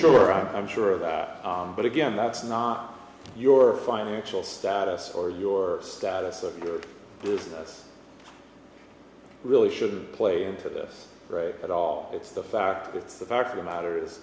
sure i'm sure of that but again that's not your financial status or your status of your business really shouldn't play into this at all it's the fact it's the fact of the matter is